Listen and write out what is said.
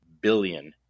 billion